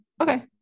Okay